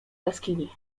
jaskini